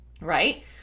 Right